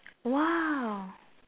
!wow!